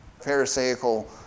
pharisaical